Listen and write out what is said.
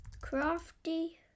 crafty